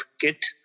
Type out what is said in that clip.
kit